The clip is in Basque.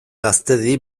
gaztedi